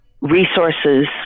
resources